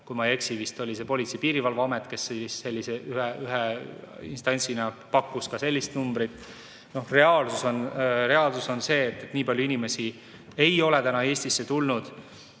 Kui ma ei eksi, siis vist oli see Politsei‑ ja Piirivalveamet, kes ühe instantsina pakkus ka sellist numbrit. Reaalsus on see, et nii palju inimesi ei ole Eestisse tulnud